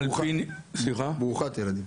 ברוכת ילדים.